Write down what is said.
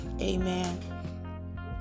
Amen